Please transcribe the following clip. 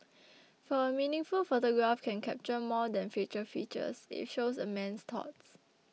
for a meaningful photograph can capture more than facial features it shows a man's thoughts